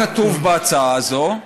מה כתוב בהצעה הזאת.